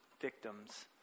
victims